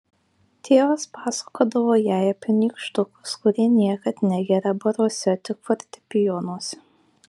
tėvas pasakodavo jai apie nykštukus kurie niekad negerią baruose tik fortepijonuose